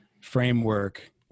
framework